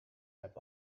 have